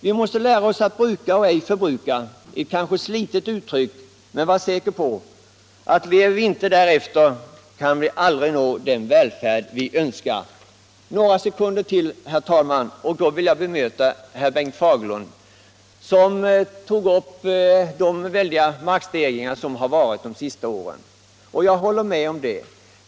Vi måste lära oss att ”bruka och ej förbruka” — ett kanske slitet uttryck. Men var säker på att lever vi inte därefter, kan vi aldrig nå den välfärd vi Önskar. Några sekunder till, herr talman! Jag vill bemöta herr Fagerlund, som tog upp de väldiga markprisstegringar som förekommit under de senaste åren. Jag håller med honom.